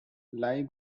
leigh